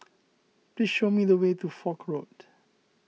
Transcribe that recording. please show me the way to Foch Road